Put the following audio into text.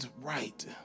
right